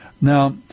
Now